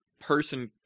person